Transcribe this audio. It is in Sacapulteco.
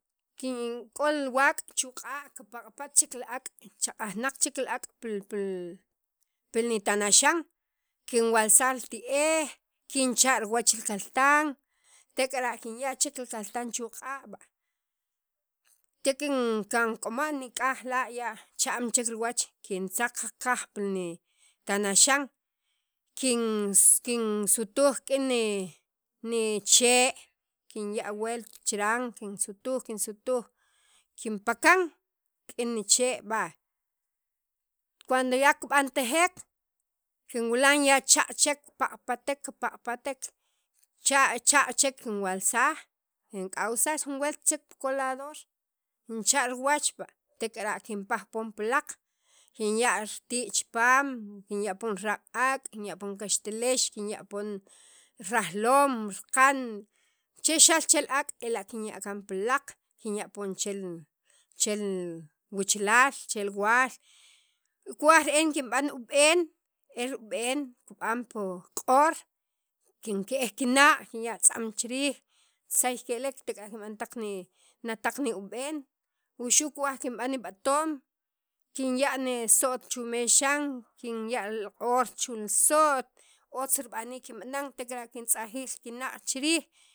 kin k'ol waak' chu' q'a' kipaq'pat chek li aak' chaq'ajnaq chek li aak' pil pi nitanaxan kinwelsaj li ti'ej kincha' riwqach li kaltran tek'ara' kinya chek li kaltan chu' q'a' b'a te kin kink'ama' nik'aj la' ya cham chek riwach kintzaq qaj pil ni tanaxan kin kinsutuj k'in ne nichee', kinya' wult chiran kinsutuj kinsutuj, kinpakan rik'in ni cheke' b'a' cuando ya kib'antajek kinwilan ya chaq'hek kipaqpatek kipaq'patek, chaq' chek kinwalsaj kink'awsaj jun welt chek pi kolador kincha riwach b'a' pi laaq kinya' riti' chipaam kinya' poon raaq' ak', kinya' poon kaxtilex, kinya' poon rajloom, raqan chi xa'l che li ak' ela' kinya' kaan pi laaq' kinya' poon chel chel wachalal chel waal kuwaj re'en kinb'an ub'een er ub'en kib'an pi q'or kikke'ej kinaq' kinya' atzam chi riij tzey ke'elek tek'ara' kinb'an taq ni ub'en wuxu' kuwaj inb'an nib'atoom kinya' niso't chu' mexankinya' li q'or chu' li so't otz rib'aniik kinb'anan tek'ara' kintzajij li kinaq' chi riij.